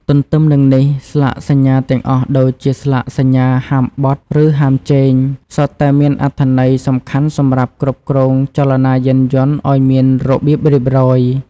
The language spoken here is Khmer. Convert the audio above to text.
ទន្ទឹមនឹងនេះ ស្លាកសញ្ញាទាំងអស់ដូចជាស្លាកសញ្ញាហាមបត់ ឬហាមជែង សុទ្ធតែមានអត្ថន័យសំខាន់សម្រាប់គ្រប់គ្រងចលនាយានយន្តឱ្យមានរបៀបរៀបរយ។